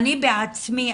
אני בעצמי,